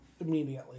immediately